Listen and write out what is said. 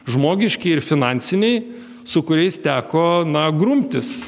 žmogiškieji ir finansiniai su kuriais teko na grumtis